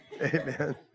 Amen